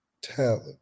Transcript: talent